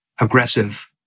aggressive